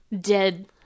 Dead